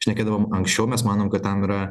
šnekėdavom anksčiau mes manom kad ten yra